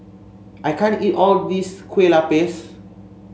I can't eat all of this Kue Lupis